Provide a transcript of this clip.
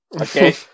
okay